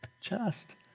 chest